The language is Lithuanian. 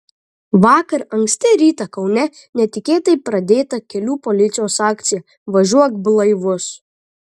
vakar anksti rytą kaune netikėtai pradėta kelių policijos akcija važiuok blaivus